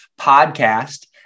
podcast